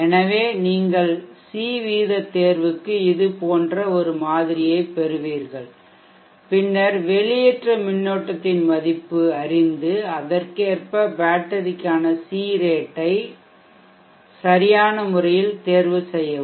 எனவே நீங்கள் சி வீத தேர்வுக்கு இது போன்ற ஒரு மாதிரியைப் பெறுவீர்கள் பின்னர் வெளியேற்ற மின்னோட்டத்தின் மதிப்பை அறிந்துஅதற்கேற்ப பேட்டரிக்கான சி ரேட்டைவிகிதத்தை சரியான முறையில் தேர்வு செய்யவும்